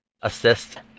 assist